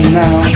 now